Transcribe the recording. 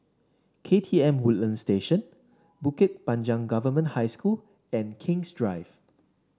K T M Woodlands Station Bukit Panjang Government High School and King's Drive